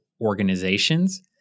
organizations